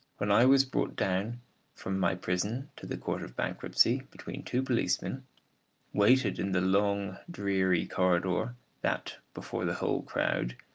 when i was brought down from my prison to the court of bankruptcy, between two policemen waited in the long dreary corridor that, before the whole crowd,